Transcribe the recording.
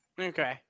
Okay